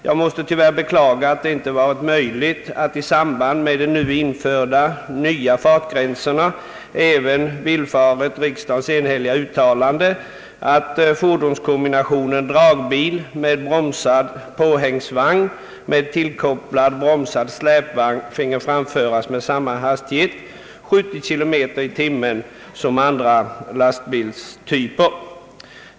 Jag måste tyvärr beklaga att det inte varit möjligt att i samband med de nu införda nya fartgränserna även villfara riksdagens enhälliga uttalande, att fordonskombinationen dragbil med bromsad påhängsvagn och tillkopplad bromsad släpvagn finge framföras med samma hastighet — 70 km i timmen — som andra lastbilstyper.